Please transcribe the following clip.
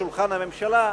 שולחן הממשלה,